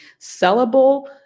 sellable